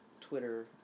Twitter